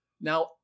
Now